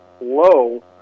low